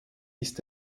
ist